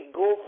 go